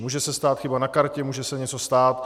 Může se stát chyba na kartě, může se něco stát.